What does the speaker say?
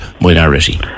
minority